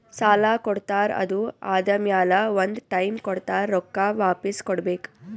ಸಾಲಾ ಕೊಡ್ತಾರ್ ಅದು ಆದಮ್ಯಾಲ ಒಂದ್ ಟೈಮ್ ಕೊಡ್ತಾರ್ ರೊಕ್ಕಾ ವಾಪಿಸ್ ಕೊಡ್ಬೇಕ್